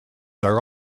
are